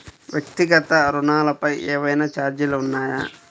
వ్యక్తిగత ఋణాలపై ఏవైనా ఛార్జీలు ఉన్నాయా?